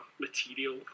material